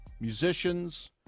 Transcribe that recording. musicians